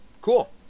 Cool